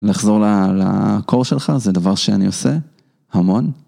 לחזור לקור שלך זה דבר שאני עושה המון.